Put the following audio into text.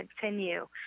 continue